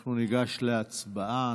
אנחנו ניגש להצבעה.